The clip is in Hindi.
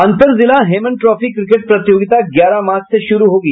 अन्तर जिला हेमन ट्रॉफी क्रिकेट प्रतियोगिता ग्यारह मार्च से शुरू होगी